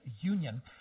Union